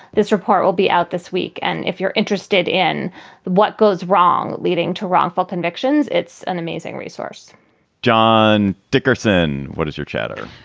this report will be out this week. and if you're interested in what goes wrong leading to wrongful convictions, it's an amazing resource john dickerson, what does your chatter?